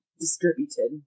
distributed